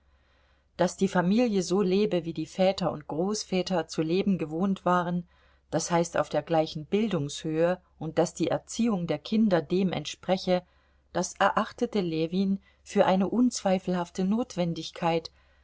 daß die familie so lebe wie die väter und großväter zu leben gewohnt waren das heißt auf der gleichen bildungshöhe und daß die erziehung der kinder dem entspreche das erachtete ljewin für eine unzweifelhafte notwendigkeit